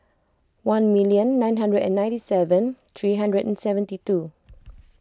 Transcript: one million nine hundred and ninety seven three hundred and seventy two